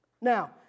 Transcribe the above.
Now